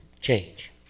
change